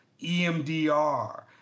emdr